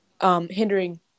Hindering